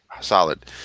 Solid